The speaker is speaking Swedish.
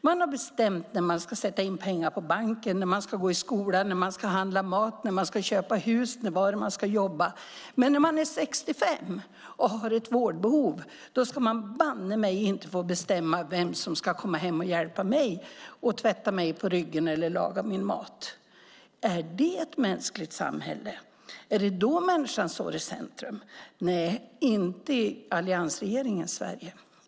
Man har bestämt när man ska sätta in pengar på banken, när man ska gå i skola, när man ska handla mat, när man ska köpa hus och var man ska jobba. Men när man är 65 och har ett vårdbehov ska man banne mig inte få bestämma vem som ska komma hem och hjälpa en och tvätta en på ryggen eller laga ens mat, tydligen. Är det ett mänskligt samhälle? Är det då människan står i centrum? Nej, inte i alliansregeringens Sverige.